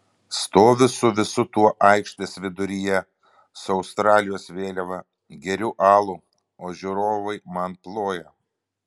stoviu su visu tuo aikštės viduryje su australijos vėliava geriu alų o žiūrovai man ploja